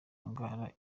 ndwara